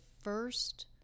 first